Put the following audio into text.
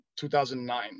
2009